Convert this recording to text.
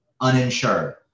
uninsured